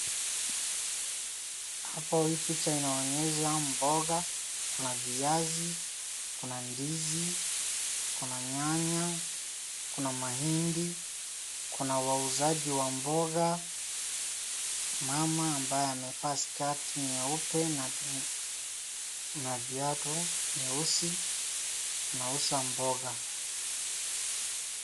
Hapo hii picha inaonyesha mboga, kuna viazi, kuna ndizi, kuna nyanya, kuna mahindi, kuna wauzaji wa mboga, mama ambaye amevaa cs [skirt]cs nyeupe na viatu nyeusi anauza mboga .